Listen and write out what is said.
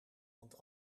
want